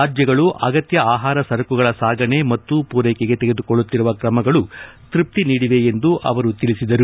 ರಾಜ್ಯಗಳು ಅಗತ್ಯ ಆಹಾರ ಸರಕುಗಳ ಸಾಗಣೆ ಮತ್ತು ಪೂರೈಕೆಗೆ ತೆಗೆದುಕೊಳ್ಳುತ್ತಿರುವ ಕ್ರಮಗಳು ತೃಪ್ತಿ ನೀಡಿವೆ ಎಂದು ಅವರು ತಿಳಿಸಿದರು